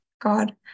God